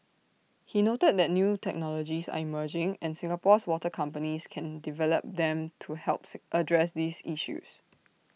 he noted that new technologies are emerging and Singapore's water companies can develop them to help address these issues